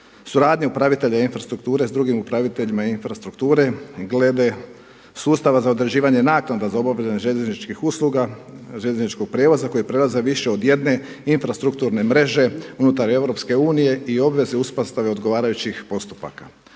suradnje upravitelja infrastrukture s drugim upraviteljima infrastrukture glede sustava za određivanje naknada za obavljanje željezničkih usluga, željezničkog prijevoza koji prelaze više od jedne infrastrukturne mreže unutar EU i obveze uspostave odgovarajućih postupaka.